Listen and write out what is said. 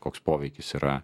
koks poveikis yra